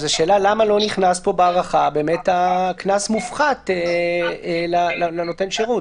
והשאלה היא למה לא נכנס פה בהארכה קנס מופחת לנותן שירות.